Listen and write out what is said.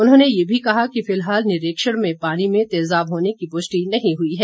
उन्होंने ये भी कहा कि फिलहाल निरीक्षण में पानी में तेजाब होने की पुष्टि नहीं हुई है